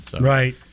Right